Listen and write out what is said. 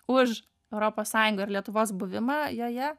už europos sąjungą ir lietuvos buvimą joje